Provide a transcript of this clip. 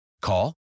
Call